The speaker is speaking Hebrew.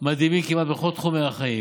מדהימים כמעט בכל תחומי החיים,